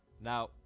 Now